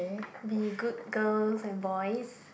be good girls and boys